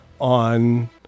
on